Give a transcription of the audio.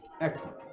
Excellent